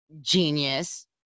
genius